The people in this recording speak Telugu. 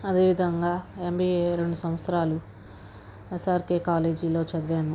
అదేవిధంగా ఎంబీఏ రెండు సంవత్సరాలు ఎస్ఆర్కే కాలేజీలో చదివాను